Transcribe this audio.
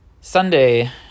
Sunday